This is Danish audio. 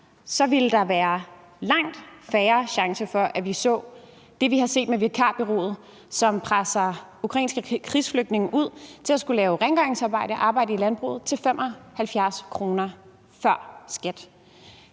så ville der være langt færre chancer for at se det, vi har set med vikarbureauet, som presser ukrainske krigsflygtninge ud til at skulle lave rengøringsarbejde og arbejde i landbruget til 75 kr. i timen